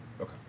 Okay